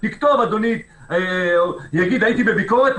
הוא יגיד: הייתי בביקורת,